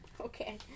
okay